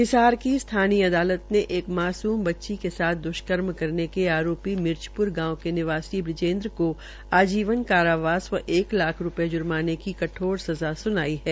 हिसार की स्थानीय अदालत ने एक मासूम बच्ची के साथ द्ष्कर्म करने के आरोपी मिर्चप्र गावं के निवासी बिजेन्द्र को आजीवन कारावास व एक लाख रुपये ज़र्माना की कठोर सजा सुनाई है